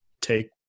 take